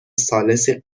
ثالثی